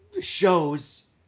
shows